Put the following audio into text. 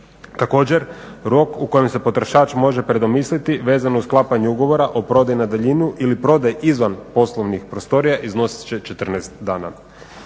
Također rok u kojem se potrošač može predomisliti vezano uz sklapanje ugovora o prodajnoj daljini ili prodaji izvan poslovnih prostorija, iznosit će 14 dana.